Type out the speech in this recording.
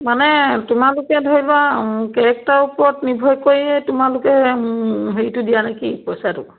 মানে তোমালোকে ধৰি লোৱা কেৰেক্টাৰ ওপৰত নিৰ্ভয় কৰিয়ে তোমালোকে হেৰিটো দিয়া নেকি পইচাটো